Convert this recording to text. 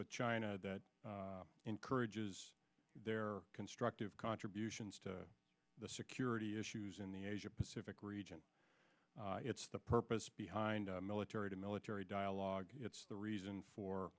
with china that encourages their constructive contributions to the security issues in the asia pacific region it's the purpose behind military to military dialogue it's the reason for